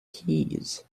keys